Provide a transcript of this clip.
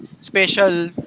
special